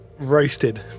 roasted